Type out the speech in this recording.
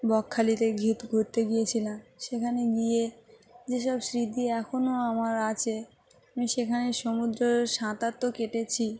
বকখালিতে ঘিত ঘুরতে গিয়েছিলাম সেখানে গিয়ে যেসব স্মৃতি এখনও আমার আছে আমি সেখানে সমুদ্রের সাঁতার তো কেটেছি